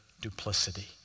duplicity